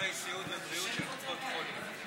בביטוחי סיעוד ובריאות של קופות חולים.